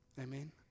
Amen